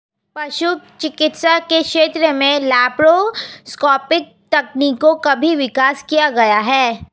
पशु चिकित्सा के क्षेत्र में लैप्रोस्कोपिक तकनीकों का भी विकास किया गया है